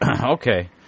okay